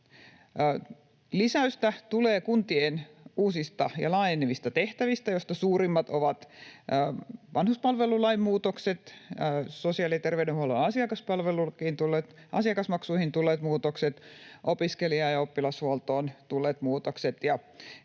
Lisäystä tulee kuntien uusista ja laajenevista tehtävistä, joista suurimmat ovat vanhuspalvelulain muutokset, sosiaali‑ ja terveydenhuollon asiakasmaksuihin tulleet muutokset, opiskelija‑ ja oppilashuoltoon tulleet muutokset